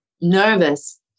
nervous